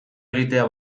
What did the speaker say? egitea